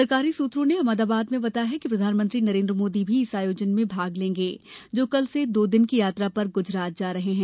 सरकारी सुत्रों ने अहमदाबाद में बताया कि प्रधानमंत्री नरेंद्र मोदी भी इस आयोजन में भाग लेंगे जो कल से दो दिन की यात्रा पर गुजरात जा रहे हैं